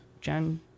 Jan